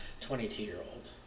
22-year-old